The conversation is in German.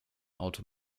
auto